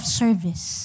service